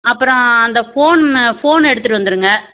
அப்புறம் அந்த ஃபோன் ஃபோனை எடுத்துகிட்டு வந்திருங்க